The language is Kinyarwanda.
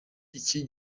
iki